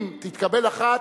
אם תתקבל אחת,